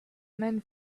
men